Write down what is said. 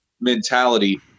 mentality